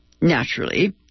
Naturally